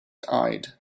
eyed